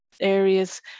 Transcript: areas